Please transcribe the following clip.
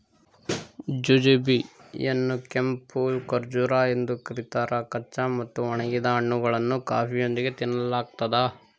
jujube ಯನ್ನುಕೆಂಪು ಖರ್ಜೂರ ಎಂದು ಕರೀತಾರ ಕಚ್ಚಾ ಮತ್ತು ಒಣಗಿದ ಹಣ್ಣುಗಳನ್ನು ಕಾಫಿಯೊಂದಿಗೆ ತಿನ್ನಲಾಗ್ತದ